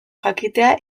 jakitea